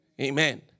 Amen